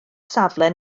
safle